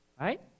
Right